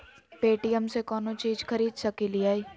Paytm से कौनो चीज खरीद सकी लिय?